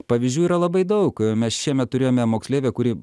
pavyzdžių yra labai daug mes šiemet turėjome moksleivę kuri